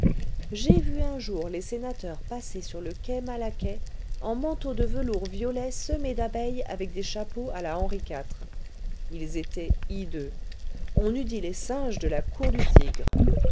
j'ai vu un jour les sénateurs passer sur le quai malaquais en manteaux de velours violet semés d'abeilles avec des chapeaux à la henri iv ils étaient hideux on eût dit les singes de la cour du tigre